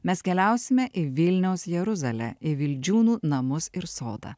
mes keliausime į vilniaus jeruzalę į vildžiūnų namus ir sodą